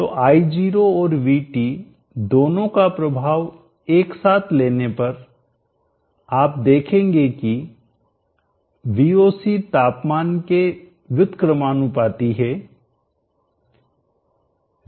तो I0 और VT दोनों का प्रभाव एक साथ लेने पर आप देखेंगे कि VOC तापमान के व्युत्क्रमानुपातीइन्वर्सली प्रोपोर्शनल है